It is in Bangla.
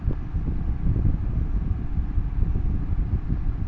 গবাদি পশু গরুকে কী কী খাদ্য খাওয়ালে বেশী বেশী করে দুধ দিবে?